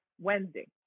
Wednesday